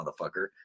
motherfucker